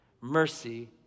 Mercy